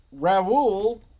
Raul